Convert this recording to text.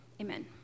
Amen